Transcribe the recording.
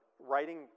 writing